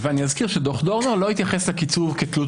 אני אזכור שדוח דורנר לא התייחס לקיצור כתלות